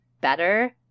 better